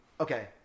okay